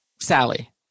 Sally